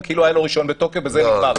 כי לא היה לו רישיון בתוקף ובזה נגמר.